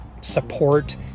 support